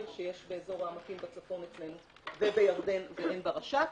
שיש באזור העמקים בצפון ובירדן ואין ברש"פ.